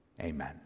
Amen